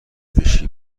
بشی